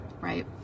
right